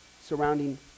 surrounding